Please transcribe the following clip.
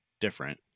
different